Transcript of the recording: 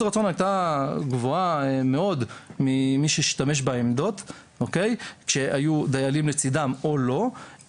הרצון הייתה גבוהה מאוד ממי שהשתמש בעמדות כשהיו דיילים לצידם או לא,